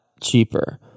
cheaper